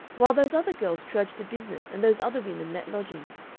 while those other girls trudge to business and those other women let lodgings.